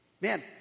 Man